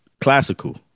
classical